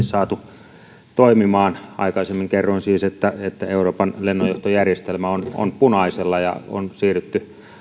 saatu kohtuullisesti toimimaan aikaisemmin kerroin siis että että euroopan lennonjohtojärjestelmä on on punaisella ja on siirrytty